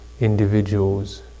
individuals